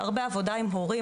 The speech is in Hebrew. הרבה עבודה עם הורים,